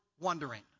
wondering